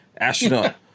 Astronaut